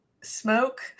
smoke